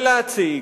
ולהציג,